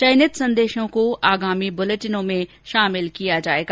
चयनित संदेशों को आगामी बुलेटिनों में शामिल किया जाएगा